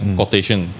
quotation